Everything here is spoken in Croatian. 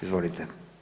Izvolite.